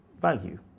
value